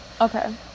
Okay